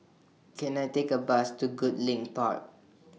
Can I Take A Bus to Goodlink Park